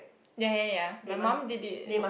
ya ya ya my mum did it